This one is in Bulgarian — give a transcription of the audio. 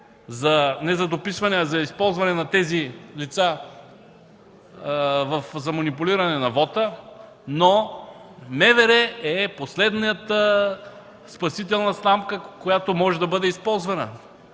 за дописване, за използване на тези лица за манипулиране на вота. Но МВР е последната спасителна сламка, която може да бъде използвана.